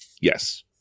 Yes